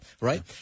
Right